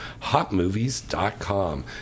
HotMovies.com